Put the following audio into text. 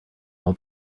all